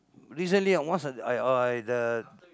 recently once I I the